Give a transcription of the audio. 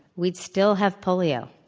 we'd still have polio.